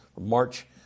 March